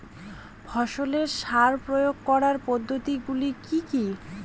ফসলের সার প্রয়োগ করার পদ্ধতি গুলো কি কি?